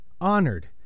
honored